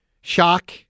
shock